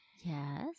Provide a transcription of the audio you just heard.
Yes